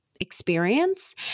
experience